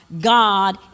God